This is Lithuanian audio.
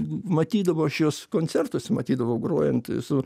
matydavau aš juos koncertuose matydavau grojant su